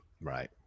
Right